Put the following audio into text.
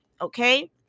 okay